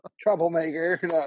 Troublemaker